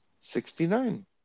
Sixty-nine